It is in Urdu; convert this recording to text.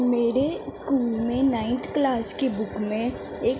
میرے اسکول میں نائنتھ کلاس کی بک میں ایک